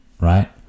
right